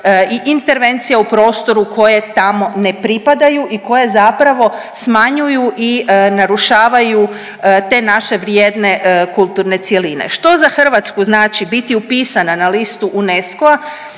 i intervencija u prostoru koje tamo ne pripadaju i koje zapravo smanjuju i narušavaju te naše vrijedne kulturne cjeline. Što za Hrvatsku znači biti upisana na listu UNESCO-a